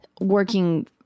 working